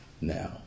now